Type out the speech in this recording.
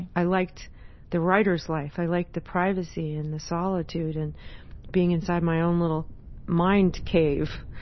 i liked the writer's life. i liked the privacy and the solitude and being inside my own little mind cave.